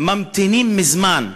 ממתינים מזמן,